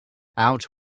out